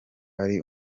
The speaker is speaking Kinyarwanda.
ari